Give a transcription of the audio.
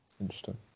interesting